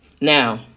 Now